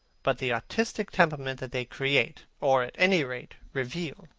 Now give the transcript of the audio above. but the artistic temperament that they create, or at any rate reveal,